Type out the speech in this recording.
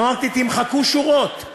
ואמרתי: תמחקו שורות.